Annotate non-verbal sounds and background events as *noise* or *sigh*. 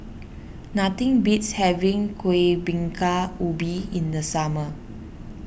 *noise* nothing beats having Kuih Bingka Ubi in the summer